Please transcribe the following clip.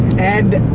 and,